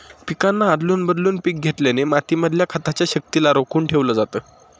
पिकांना आदलून बदलून पिक घेतल्याने माती मधल्या खताच्या शक्तिला रोखून ठेवलं जातं